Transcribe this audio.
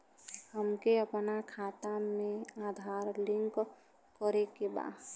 हमके अपना खाता में आधार लिंक करें के बा?